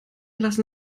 lassen